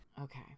Okay